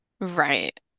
Right